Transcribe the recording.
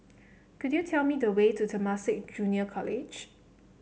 could you tell me the way to Temasek Junior College